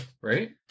right